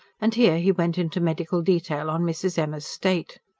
and here he went into medical detail on mrs. emma's state.